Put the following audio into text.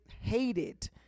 hated